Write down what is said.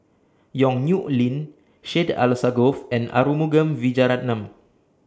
Yong Nyuk Lin Syed Alsagoff and Arumugam Vijiaratnam